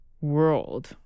world